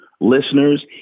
listeners